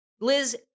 Liz